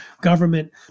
government